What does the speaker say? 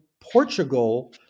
Portugal